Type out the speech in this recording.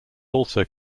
also